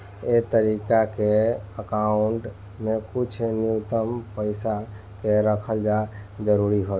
ए तरीका के अकाउंट में कुछ न्यूनतम पइसा के रखल जरूरी हवे